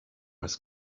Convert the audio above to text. his